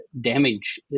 damage